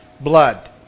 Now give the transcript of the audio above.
blood